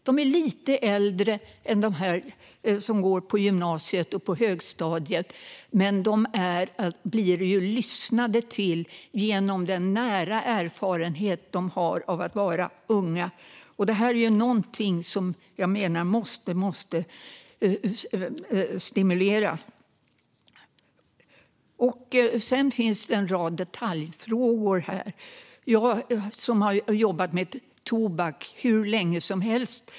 De är lite äldre än dem som går på gymnasiet och på högstadiet men de blir lyssnade till genom den nära erfarenhet som de har av att vara unga. Det här är någonting som jag menar måste stimuleras. Sedan finns här en rad detaljfrågor. Jag har jobbat med tobak hur länge som helst.